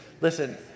Listen